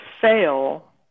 fail